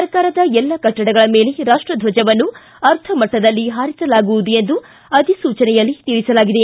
ಸರ್ಕಾರದ ಎಲ್ಲ ಕಟ್ಟಡಗಳ ಮೇಲೆ ರಾಷ್ಟದ್ವಜವನ್ನು ಅರ್ಧಮಟ್ಟದಲ್ಲಿ ಹಾರಿಸಲಾಗುವುದು ಎಂದು ಅಧಿಸೂಚನೆಯಲ್ಲಿ ತಿಳಿಸಲಾಗಿದೆ